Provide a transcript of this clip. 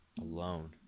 alone